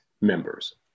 members